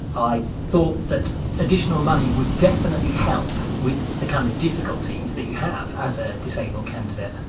i thought that additional money would definitely help with the kind of difficulties that you have as a disabled candidate.